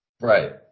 Right